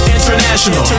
International